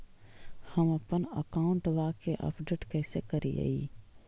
हमपन अकाउंट वा के अपडेट कैसै करिअई?